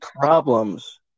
problems